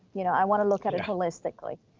you know, i want to look at it holistically,